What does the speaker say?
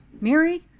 Mary